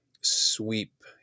sweep